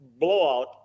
blowout